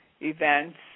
events